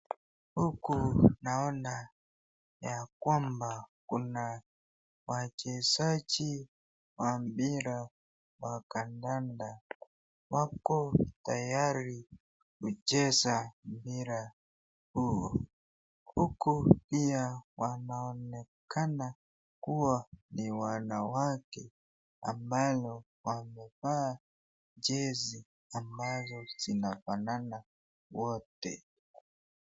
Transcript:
Huku naona ya kwamba kuna wachezaji wa mpira wa kandanda wako tayari kucheza mpira huu. Huku pia wanaonekana kuwa ni wanawake ambalo wamevaa jezi ambazo zinafanana wote.